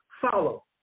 follow